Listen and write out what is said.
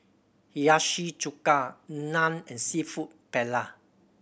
Hiyashi Chuka Naan and Seafood Paella